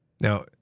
Now